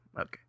Okay